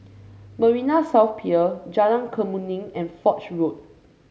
Marina South Pier Jalan Kemuning and Foch Road